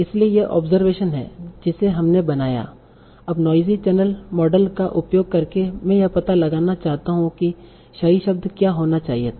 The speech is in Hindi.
इसलिए यह ऑब्जरवेशन है जिसे हमने बनाया अब नोइज़ी चैनल मॉडल का उपयोग करके मैं यह पता लगाना चाहता हूं कि सही शब्द क्या होना चाहिए था